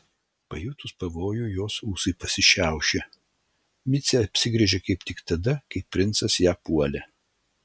pajutus pavojų jos ūsai pasišiaušė micė apsigręžė kaip tik tada kai princas ją puolė